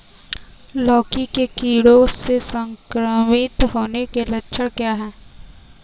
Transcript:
लौकी के कीड़ों से संक्रमित होने के लक्षण क्या हैं?